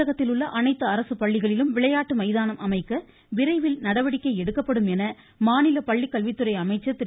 தமிழகத்திலுள்ள அனைத்து அரசுப்பள்ளிகளிலும் விளையாட்டு மைதானம் அமைக்க விரைவில் நடவடிக்கை எடுக்கப்படும் என மாநில பள்ளிக்கல்வித்துறை அமைச்சர் திரு